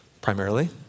primarily